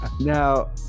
Now